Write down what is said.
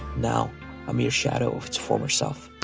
now a mere shadow of its former self.